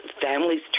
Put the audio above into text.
families